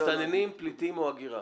במסתננים פליטים או הגירה.